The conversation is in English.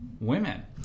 women